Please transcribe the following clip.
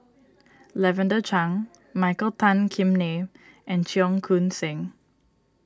Lavender Chang Michael Tan Kim Nei and Cheong Koon Seng